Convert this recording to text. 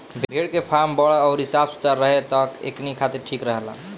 भेड़ के फार्म बड़ अउरी साफ सुथरा रहे त एकनी खातिर ठीक रहेला